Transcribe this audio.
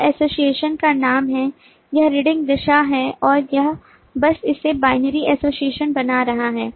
यह एसोसिएशन का नाम है यह रीडिंग दिशा है और यह बस इसे binary एसोसिएशन बना रहा है